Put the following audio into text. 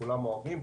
כולם אוהבים,